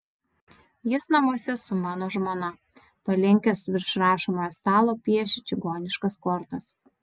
jis namuose su mano žmona palinkęs virš rašomojo stalo piešia čigoniškas kortas